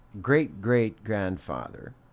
great-great-grandfather